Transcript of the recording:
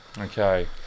Okay